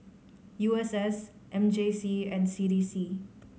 U S S M J C and C D C